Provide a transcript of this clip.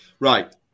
Right